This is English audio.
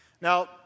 Now